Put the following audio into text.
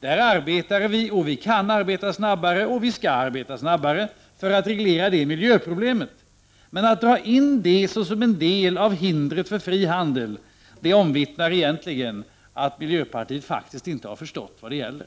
Där arbetar vi, och vi kan och skall arbeta snabbare, för att reglera detta miljöproblem. Men att dra in detta såsom en del av hindret för fri handel vittnar egentligen om att miljöpartiet faktiskt inte har förstått vad det hela gäller.